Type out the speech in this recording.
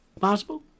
possible